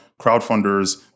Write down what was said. crowdfunders